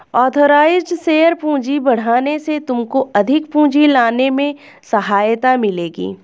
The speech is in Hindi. ऑथराइज़्ड शेयर पूंजी बढ़ाने से तुमको अधिक पूंजी लाने में सहायता मिलेगी